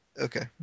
Okay